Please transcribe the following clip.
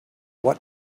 what